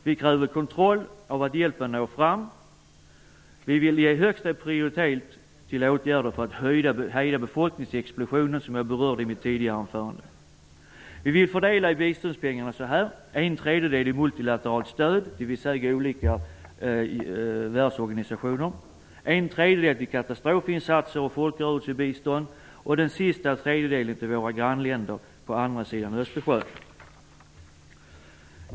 Vi kräver kontroll av att hjälpen når fram. Vi vill ge högsta prioritet till åtgärder för att hejda befolkningsexplosionen, som jag berörde i mitt tidigare anförande. Vi vill fördela biståndspengarna på följande sätt: en tredjedel i multilateralt stöd till olika världsorganisationer, en tredjedel till katastrofinsatser och folkrörelsebistånd och en tredjedel till våra grannländer på andra sidan Östersjön.